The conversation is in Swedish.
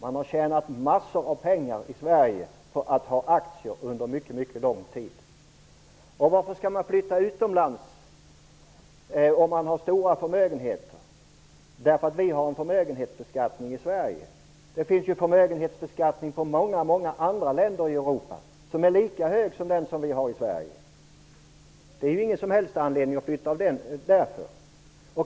Man har i Sverige under mycket lång tid tjänat massor av pengar på att ha aktier. Varför skall de som har stora förmögenheter flytta utomlands därför att vi har en förmögenhetsbeskattning i Sverige? Det finns ju förmögenhetsbeskattning i många många andra länder i Europa som är lika hög som i Sverige. Det finns ingen som helst anledning att flytta av det skälet.